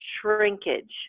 shrinkage